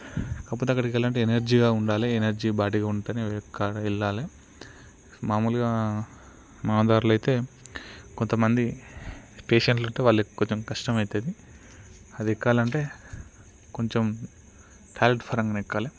కాకపోతే అక్కడికి వెళ్లాలంటే ఎనర్జీగా ఉండాలి ఎనర్జీ బాడీగా ఉంటేనే ఎక్కాలే వెళ్లాలే మామూలుగా మా దారులు అయితే కొంతమంది పేషెంట్లు ఉంటే వాళ్లకు కొంచెం కష్టం అవుతుంది అది ఎక్కాలంటే కొంచెం ట్యాలెంట్ పరంగానే ఎక్కాలే